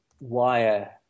wire